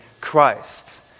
Christ